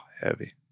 heavy